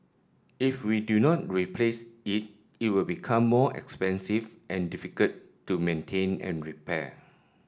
if we do not replace it it will become more expensive and difficult to maintain and repair